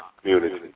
community